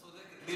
את צודקת.